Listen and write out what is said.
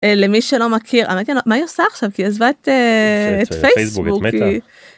למי שלא מכיר מה עושה עכשיו כי עזבה את פייסבוק, את מטה